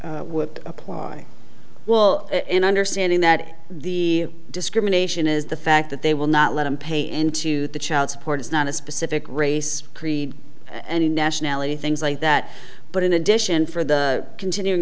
would apply well in understanding that the discrimination is the fact that they will not let him pay into the child support is not a specific race creed and nationality things like that but in addition for the continuing